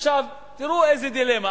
עכשיו, תראו איזה דילמה.